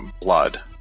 blood